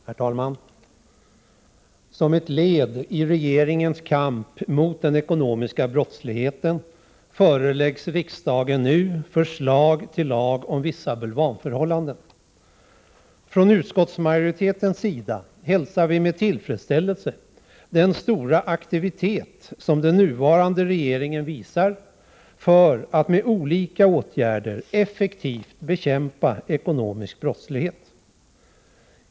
Herr talman! Som ett led i regeringens kamp mot den ekonomiska brottsligheten föreläggs riksdagen nu förslag till lag om vissa bulvanförhållanden. Från utskottsmajoritetens sida hälsar vi med tillfredsställelse den stora aktivitet som den nuvarande regeringen visar för att med olika åtgärder effektivt bekämpa ekonomisk brottslighet.